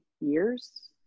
years